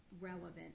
relevant